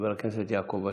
חבר הכנסת יעקב אשר.